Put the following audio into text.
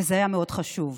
וזה היה מאוד חשוב.